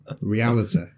Reality